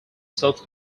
self